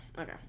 Okay